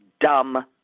dumb